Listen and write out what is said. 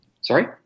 sorry